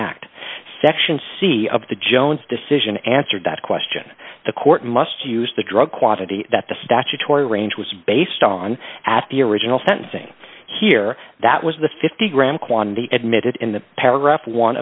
act section c of the jones decision answered that question the court must use the drug quantity that the statutory range was based on at the original sentencing here that was the fifty gram quantity admitted in the